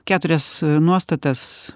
keturias nuostatas